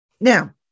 Now